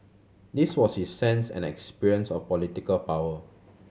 this was his sense and experience of political power